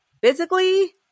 physically